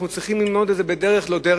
אנחנו צריכים ללמוד את זה בדרך-לא-דרך,